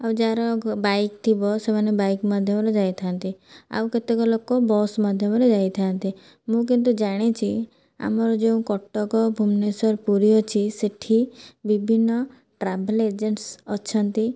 ଆଉ ଯାହାର ଗ ବାଇକ୍ ଥିବ ସେମାନେ ବାଇକ୍ ମାଧ୍ୟମରେ ଯାଇଥାନ୍ତି ଆଉ କେତେକ ଲୋକ ବସ୍ ମାଧ୍ୟମରେ ଯାଇଥାନ୍ତି ମୁଁ କିନ୍ତୁ ଜାଣିଛି ଆମର ଯେଉଁ କଟକ ଭୁବନେଶ୍ୱର ପୁରୀ ଅଛି ସେଠି ବିଭିନ୍ନ ଟ୍ରାଭେଲ ଏଜେନ୍ସ ଅଛନ୍ତି